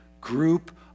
group